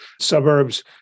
suburbs